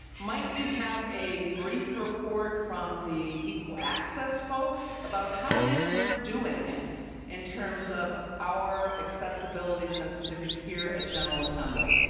might we have a brief report from the equal access folks about what it is we're doing in terms of our accessibility sensitivities here at general assembly?